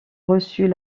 reçut